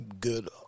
good